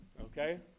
Okay